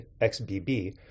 xbb